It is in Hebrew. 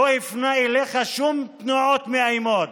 לא הפנה אליך שום תנועות מאיימות,